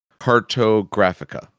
cartographica